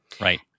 Right